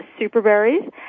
Superberries